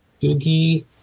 Doogie